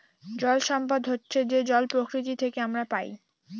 জল সম্পদ হচ্ছে যে জল প্রকৃতি থেকে আমরা পায়